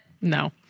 No